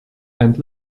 and